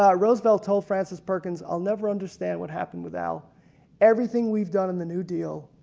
um roosevelt told francis perkins i'll never understand what happened with al everything we've done in the new deal.